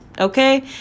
Okay